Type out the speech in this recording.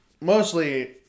mostly